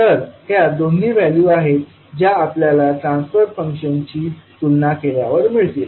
तर ह्या दोन व्हॅल्यू आहोत ज्या आपल्याला ट्रान्सफर फंक्शनची तुलना केल्यावर मिळतील